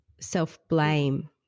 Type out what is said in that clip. self-blame